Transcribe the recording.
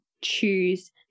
choose